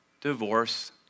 divorce